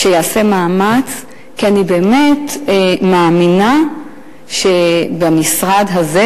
כי אני באמת מאמינה שבמשרד הזה,